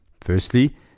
Firstly